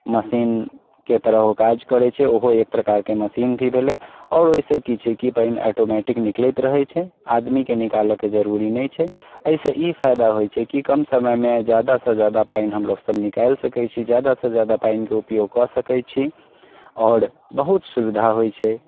मशीनके तरह ओ काज करैत छै ओहो एक प्रकारके मशीन भी भेलै आओर ओहि से की छै कि पानि एटोमैटिक निकलैत रहैत छै आदमीके निकालऽके जरुरी नहि छै एहिसँ ई फायदा होइत छै कि कम समयमे जादासँ जादा पानि हमरो सब निकालि सकैत छी जादासँ जादा पानि कऽ उपयोग कऽ सकैत छी आओर बहुत सुविधा होइत छै